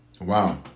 Wow